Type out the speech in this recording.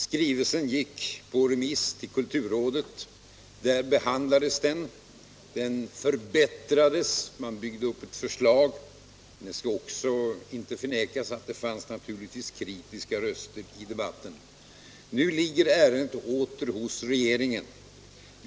Skrivelsen gick på remiss till kulturrådet, och där behandlades den. Den förbättrades, och man byggde upp ett nytt förslag. Det skall i det sammanhanget inte förnekas att det naturligtvis fanns kritiska röster i debatten. Nu ligger ärendet åter hos regeringen.